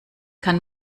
kann